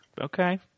Okay